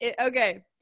Okay